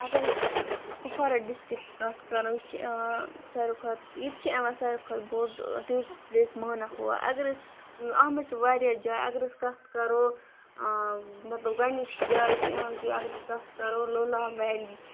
اگر أسۍ کوپوارہ ڈسٹرکٕچ کَتھ کَرو یہِ چھِ یوان ساروی کھۄتہٕ یِتہِ چھِ یوان ساروی کھۄتہِ بوٚڑ ٹیٚورسٹ پٕلیس مانا ہوا اگر أسۍ اتھ منٛز چھِ واریاہ جایہ اگر أسۍ کَتھ کَرو مطلب گۄڑنِچ جاے یۄس یوان چھِ اگر أسۍ کَتھ کَرو لولاب ویلی